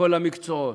בכל המקצועות.